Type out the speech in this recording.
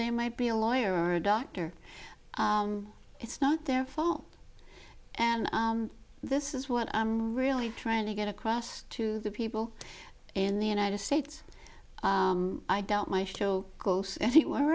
they might be a lawyer or a doctor it's not their fault and this is what i'm really trying to get across to the people in the united states i don't my show goes anywhere